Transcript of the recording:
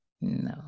no